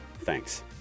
Thanks